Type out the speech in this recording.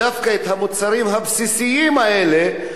דווקא את המוצרים הבסיסיים האלה,